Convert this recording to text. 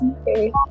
okay